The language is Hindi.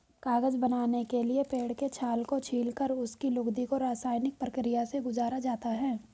कागज बनाने के लिए पेड़ के छाल को छीलकर उसकी लुगदी को रसायनिक प्रक्रिया से गुजारा जाता है